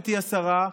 גברתי השרה,